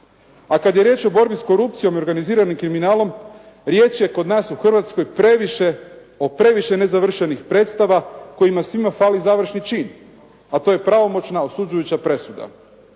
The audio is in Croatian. A kad je riječ o borbi s korupcijom i organiziranim kriminalom riječ je kod nas u Hrvatskoj previše, o previše nezavršenih predstava kojima svima fali završni čin a to je pravomoćna osuđujuća presuda,